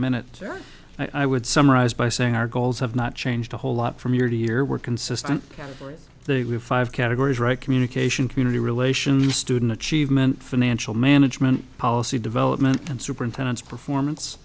minute i would summarize by saying our goals have not changed a whole lot from year to year we're consistent there were five categories right communication community relations student achievement financial management policy development and superintendents